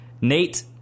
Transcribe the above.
Nate